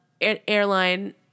airline